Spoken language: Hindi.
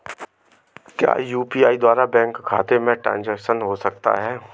क्या यू.पी.आई के द्वारा बैंक खाते में ट्रैन्ज़ैक्शन हो सकता है?